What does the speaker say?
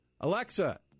Alexa